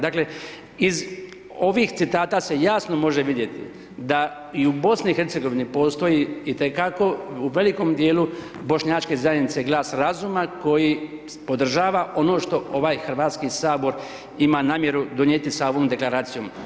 Dakle iz ovih citata se jasno može vidjeti da i u BiH postoji itekako u velikom dijelu bošnjačke zajednice glas razuma koji podržava ono što ovaj Hrvatski sabor ima namjeru donijeti sa ovom deklaracijom.